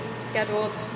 scheduled